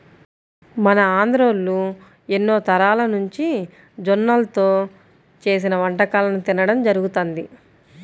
మన ఆంధ్రోల్లు ఎన్నో తరాలనుంచి జొన్నల్తో చేసిన వంటకాలను తినడం జరుగతంది